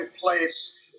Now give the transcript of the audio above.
place